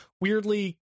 weirdly